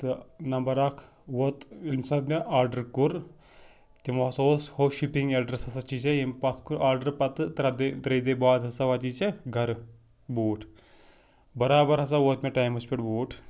تہٕ نمبر اَکھ ووت ییٚمہِ ساتہٕ مےٚ آرڈر کوٚر تِمو ہَسا اوس ہُہ شِپِنٛگ اٮ۪ڈرَس ہَسا چھُے ژےٚ ییٚمہِ پَتھ کُن آرڈرٕ پَتہٕ ترٛےٚ دۄہہِ ترٛیٚیہِ دۄہہِ بعد ہَسا واتی ژےٚ گَرٕ بوٗٹھ بَرابَر ہَسا ووت مےٚ ٹایمَس پٮ۪ٹھ بوٗٹھ